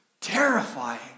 terrifying